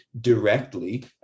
directly